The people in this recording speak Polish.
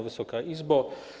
Wysoka Izbo!